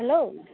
hello